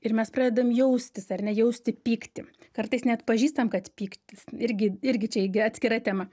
ir mes pradedam jaustis ar ne jausti pyktį kartais neatpažįstam kad pyktis irgi irgi čia gi atskira tema